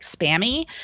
spammy